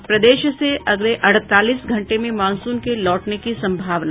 और प्रदेश से अगले अड़तालीस घंटे में मॉनसून के लौटने की संभावना